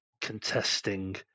contesting